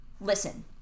listen